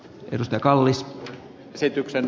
yritystä kallis esityksen